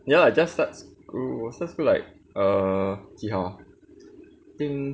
ya just start school start school like err 几号啊 think